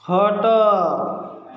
ଖଟ